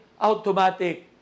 automatic